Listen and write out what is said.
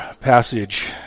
passage